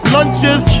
Lunches